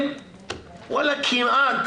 הם כמעט